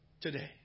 Today